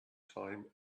time